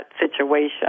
situation